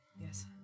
Yes